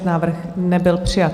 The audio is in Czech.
Návrh nebyl přijat.